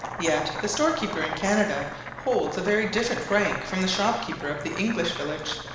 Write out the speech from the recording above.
yet the storekeeper in canada holds a very different rank from the shopkeeper of the english village.